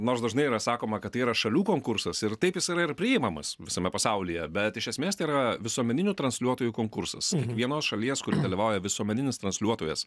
nors dažnai yra sakoma kad tai yra šalių konkursas ir taip jis yra ir priimamas visame pasaulyje bet iš esmės tai yra visuomeninių transliuotojų konkursas vienos šalies kur dalyvauja visuomeninis transliuotojas